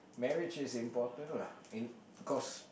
marriage is important lah in cause